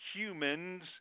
humans